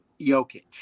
Jokic